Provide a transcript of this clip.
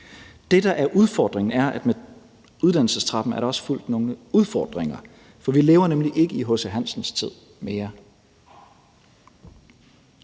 med uddannelsestrappen er der også fulgt nogle udfordringer, for vi lever nemlig ikke mere i H.C. Hansens tid.